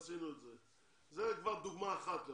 זאת דוגמה אחת.